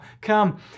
Come